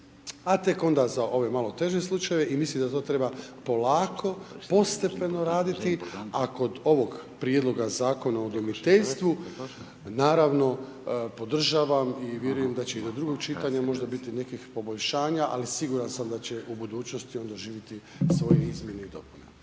a tek onda za ove malo teže slučajeve i mislim da to treba polako, postepeno raditi a kod ovog Prijedloga zakona o udomiteljstvu, naravno podržavam i vjerujem da će i do drugog čitanja možda biti nekih poboljšanja ali siguran sam da će u budućnosti on doživjeti svoje izmjene i dopune.